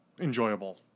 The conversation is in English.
enjoyable